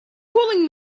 calling